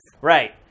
Right